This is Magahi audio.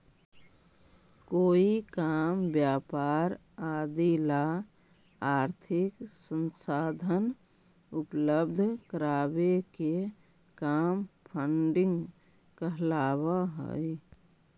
कोई काम व्यापार आदि ला आर्थिक संसाधन उपलब्ध करावे के काम फंडिंग कहलावऽ हई